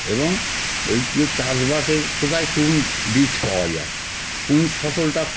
এবং এই যে চাষবাসের কোথায় কোন বীজ পাওয়া যায় কোন ফসলটা